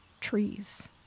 trees